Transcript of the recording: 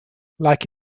like